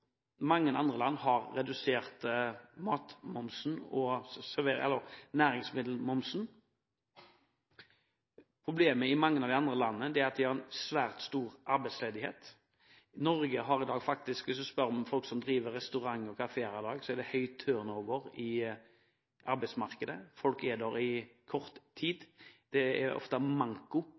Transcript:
mange andre land har redusert momsen på næringsmidler. Problemet i mange av de andre landene er at de har en svært stor arbeidsledighet. Norge har – hvis en spør folk som driver restauranter og kafeer i dag – høy turnover i arbeidsmarkedet. Folk er der i kort tid, og det er ofte manko